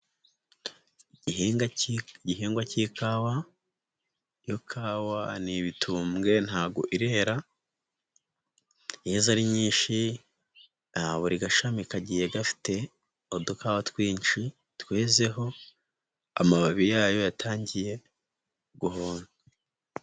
Igihinga cy'igihingwa k'ikawa, ikawa ni ibitumbwe ntabwo irera, yeze ari nyinshi buri gashami kagiye gafite udukawa twinshi twezeho amababi yayo yatangiye guhonga.